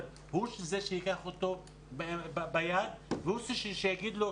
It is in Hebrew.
והוא זה שייקח אותו ביד והוא זה שיגיד לו: